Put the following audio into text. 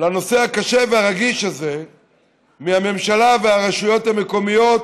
לנושא הקשה והרגיש הזה מהממשלה והרשויות המקומיות,